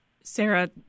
Sarah